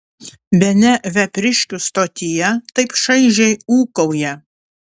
bene vepriškių stotyje taip šaižiai ūkauja